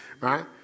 Right